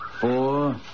four